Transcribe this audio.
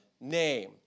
name